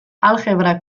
aljebra